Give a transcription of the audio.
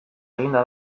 eginda